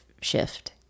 shift